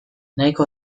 nahiko